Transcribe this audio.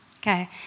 Okay